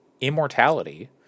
Immortality